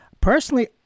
Personally